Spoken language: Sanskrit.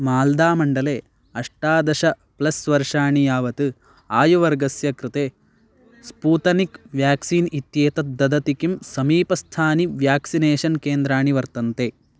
माल्दामण्डले अष्टादश प्लस् वर्षाणि यावत् आयुवर्गस्य कृते स्पूतनिक् व्याक्सीन् इत्येतत् ददति किं समीपस्थानि व्याक्सिनेषन् केन्द्राणि वर्तन्ते